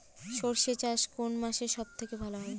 সর্ষে চাষ কোন মাসে সব থেকে ভালো হয়?